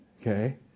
okay